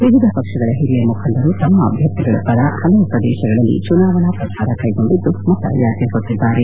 ವಿವಿಧ ಪಕ್ಷಗಳ ಹಿರಿಯ ಮುಖಂಡರು ತಮ್ಮ ಅಭ್ಯರ್ಥಿಗಳ ಪರ ಹಲವು ಪ್ರದೇಶಗಳಲ್ಲಿ ಚುನಾವಣಾ ಪ್ರಚಾರ ಕೈಗೊಂಡಿದ್ದು ಮತಯಾಚಿಸುತ್ತಿದ್ದಾರೆ